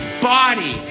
body